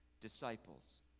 disciples